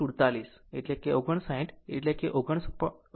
47 એટલે 59 એટલે 59